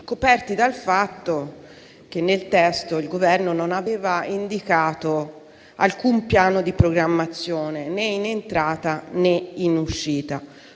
coperti dal fatto che nel testo il Governo non aveva indicato alcun piano di programmazione, né in entrata, né in uscita.